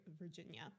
Virginia